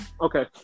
Okay